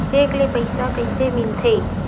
Cheque ले पईसा कइसे मिलथे?